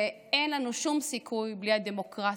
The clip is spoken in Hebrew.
ואין לנו שום סיכוי בלי הדמוקרטיה,